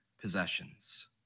possessions